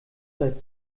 seit